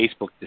Facebook